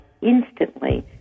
instantly